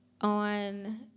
on